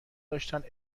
داشتند